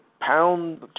pound